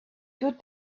good